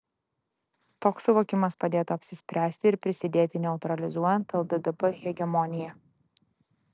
toks suvokimas padėtų apsispręsti ir prisidėti neutralizuojant lddp hegemoniją